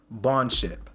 bondship